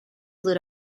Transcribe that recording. flew